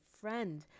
friend